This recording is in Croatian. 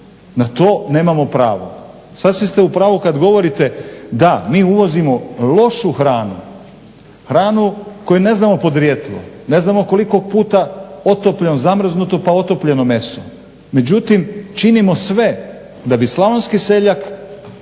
na to nemamo pravo. Sasvim ste u pravu kad govorite da mi uvozimo lošu hranu, hranu koju ne znamo podrijetlo. Ne znamo koliko puta otopljeno pa zamrznuto pa otopljeno mjesto. Međutim činimo sve da bi slavonski seljak